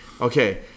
Okay